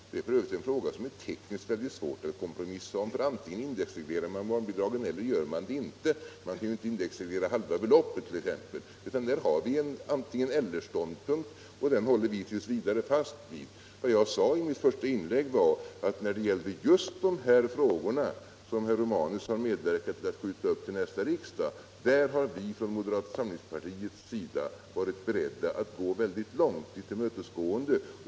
Detta är f. ö. en fråga som det tekniskt är väldigt svårt att kompromissa om. Antingen indexreglerar man barnbidraget eller också gör man det inte. Man kan ju inte indexreglera halva beloppet t.ex., utan vi har där en antingen-eller-ståndpunkt, och den håller vi t. v. fast vid. Vad jag sade i mitt första inlägg var att när det gällde just dessa frågor, som herr Romanus har medverkat till att skjuta upp till nästa riksdag, har vi från moderata samlingspartiets sida varit beredda att vara mycket tillmötesgående.